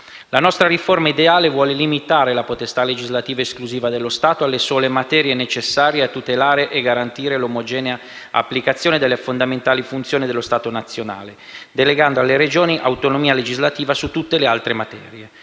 La nostra riforma ideale vuole limitare la potestà legislativa esclusiva dello Stato alle sole materie necessarie a tutelare e garantire l'omogenea applicazione delle fondamentali funzioni dello Stato nazionale, concedendo alle Regioni l'autonomia legislativa su tutte le altre materie.